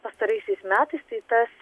pastaraisiais metais tai tas